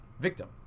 victim